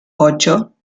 ocho